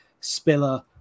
Spiller